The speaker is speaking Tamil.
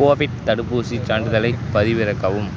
கோவிட் தடுப்பூசிச் சான்றிதழைப் பதிவிறக்கவும்